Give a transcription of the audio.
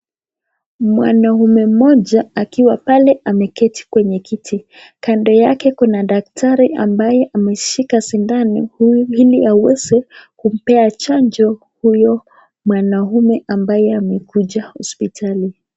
Mwanamume mmoja akiwa pale ameketi kwenye kiti. Kando yake kuna daktari ambaye ameshika sindano hili aweze kumpea chanjo huyo mwanamume ambaye amekuja hospitali.